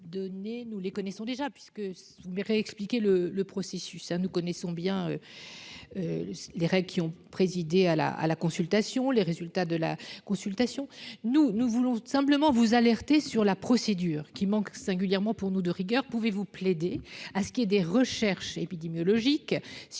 nous les connaissons déjà puisque vous me réexpliquer le le processus, nous connaissons bien les règles qui ont présidé à la à la consultation, les résultats de la consultation, nous, nous voulons simplement vous alerter sur la procédure qui manque singulièrement pour nous de rigueur, pouvez-vous plaider à ce qui est des recherches épidémiologiques